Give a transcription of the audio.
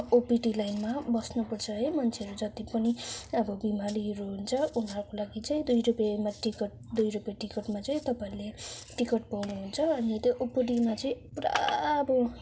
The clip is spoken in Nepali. ओपिडी लाइनमा बस्नुपर्छ है मान्छेहरू जति पनि अब बिमारीहरू हुन्छ उनीहरूको लागि चाहिँ दुई रुपियाँमा टिकट दुई रुपियाँ टिकटमा चाहिँ तपाईँहरूले टिकट पाउनुहुन्छ अनि त्यो ओपिडीमा चाहिँ पुरा अब